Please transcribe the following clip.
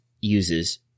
uses